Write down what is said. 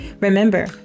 Remember